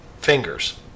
fingers